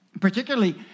particularly